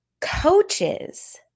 Coaches